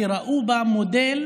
כי ראו בה מודל